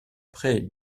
près